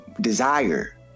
desire